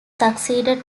succeeded